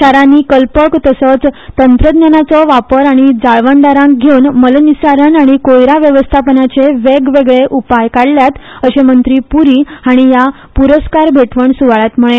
शारांनी कल्पक तसोच तंत्रज्ञानाचो वापर आनी जाळवणदारांक घेवन मलनिस्सारण आनी कोयरा वेवस्थापनाचेर नवे नवे उपाय काडल्यात अशें मंत्री पूरी हया प्रस्कार भेटवण सुवाळ्यांत उलयले